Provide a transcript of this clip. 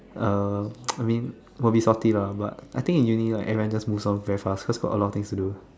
uh I mean will be salty lah but I think in uni like everyone just move on very fast cause got a lot of things to do